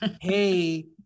hey